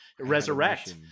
resurrect